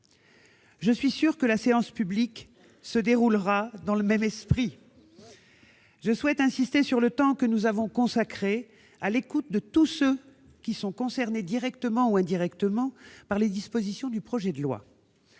Je suis sûre que les débats en séance publique se dérouleront dans le même esprit. Je souhaite insister sur le temps que nous avons consacré à l'écoute de tous ceux qui sont concernés directement ou indirectement par les dispositions du projet de loi.